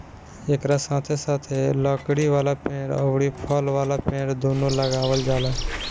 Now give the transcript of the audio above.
एकरा साथे साथे लकड़ी वाला पेड़ अउरी फल वाला पेड़ दूनो लगावल जाला